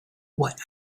what